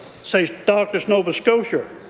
says doctors nova scotia.